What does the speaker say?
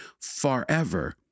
forever